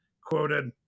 quoted